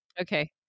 okay